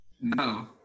No